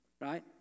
right